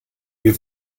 wir